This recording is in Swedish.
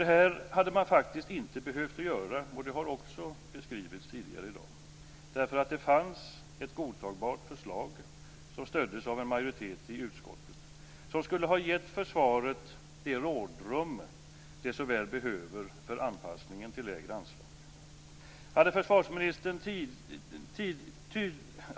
Det här hade man faktiskt inte behövt göra, och det har också beskrivits tidigare i dag, därför att det fanns ett godtagbart förslag som stöddes av en majoritet i utskottet. Det skulle ha gett försvaret det rådrum det så väl behöver för anpassningen till lägre anslag.